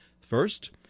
First